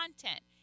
content